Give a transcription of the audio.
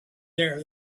there